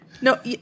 No